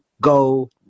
Go